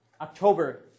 October